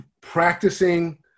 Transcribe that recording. Practicing